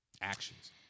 Actions